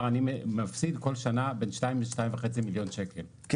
"אני מפסיד כל שנה בין 2 ל-2.5 מיליון ₪.